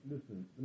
listen